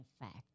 effect